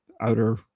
outer